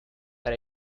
but